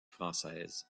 française